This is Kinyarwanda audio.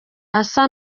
asa